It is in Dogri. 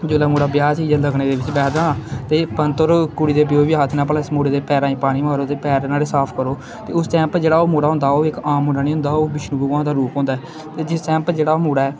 जोल्ले मुड़ा ब्याह च जेल्लै लगनें दे बिच्च बैठदा ना ते पंत होर कुड़ी दे प्यो बी आखदे न भला इस मुड़े दे पैरें गी पानी मारो ते पैर नुआड़े साफ करो ते उस टाइम उप्पर जेह्ड़ा ओह् मुड़ा होंदा ओह् इक आम मुड़ा नेईं होंदा ओह् बिष्णु भगवान दा रूप होंदा ऐ ते जिस टाइम उप्पर जेह्ड़ा ओह् मुड़ा ऐ